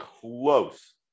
close